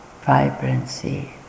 vibrancy